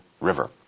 River